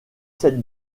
cette